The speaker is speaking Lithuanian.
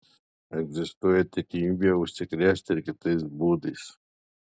egzistuoja tikimybė užsikrėsti ir kitais būdais